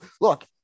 look